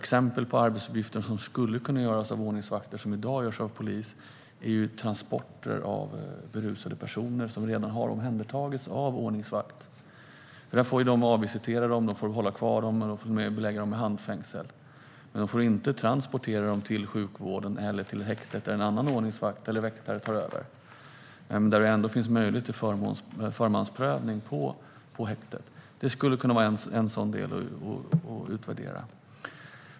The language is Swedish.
Exempel på arbetsuppgifter som skulle kunna göras av ordningsvakter, som i dag görs av polis, är ju transporter av berusade personer som redan har omhändertagits av ordningsvakt. De får avvisitera berusade personer, hålla kvar dem och belägga dem med handfängsel. Men ordningsvakterna får inte transportera dem till sjukvården eller häktet eller låta en annan ordningsvakt eller väktare ta över, även om det är möjligt med förmansprövning på häktet. Det skulle man kunna utvärdera.